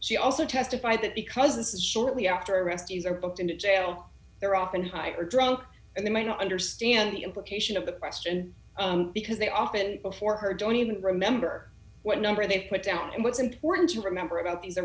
she also testified that because this is shortly after rescuers are booked into jail they're often high or drunk and they might not understand the implication of the question because they often before her don't even remember what number they've put down and what's important to remember about the